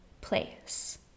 place